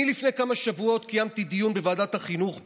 לפני כמה שבועות קיימתי דיון בוועדת החינוך פה,